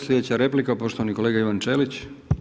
Sljedeća replika, poštovani kolega Ivan Ćelić.